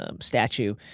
statue